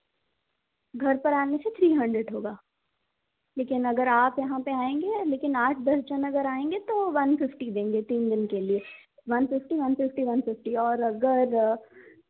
घर पर आने से थ्री हंड्रेड होगा लेकिन आप अगर यहाँ पे आएंगे लेकिन आठ दस जन अगर आएंगे तो वन फिफ्टी देंगे तीन दिन के लिए one fifty one fifty one fifty और अगर